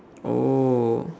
oh